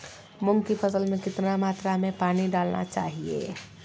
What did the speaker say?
मूंग की फसल में कितना मात्रा में पानी डालना चाहिए?